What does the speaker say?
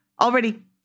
already